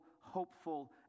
hopeful